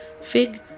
Fig